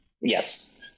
Yes